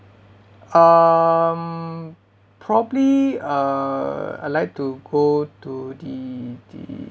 um probably uh I like to go to the the